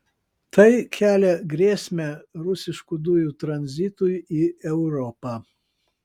tai kelia grėsmę rusiškų dujų tranzitui į europą